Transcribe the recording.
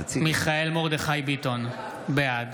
מיכאל מרדכי ביטון, בעד